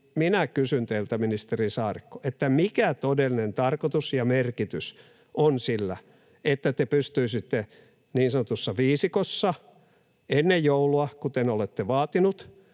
minä kysyn teiltä, ministeri Saarikko, mikä todellinen tarkoitus ja merkitys on sillä, että te pystyisitte niin sanotussa viisikossa ennen joulua, kuten olette vaatinut,